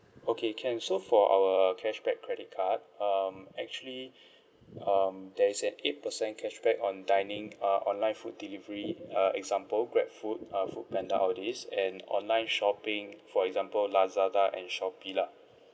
okay can so for our cashback credit card um actually um there is an eight per cent cashback on dining uh online food delivery uh example Grab food uh food panda all these and online shopping for example Lazada and Shopee lah